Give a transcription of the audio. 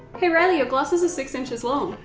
hey riley, your glasses are six inches long.